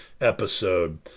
episode